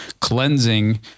cleansing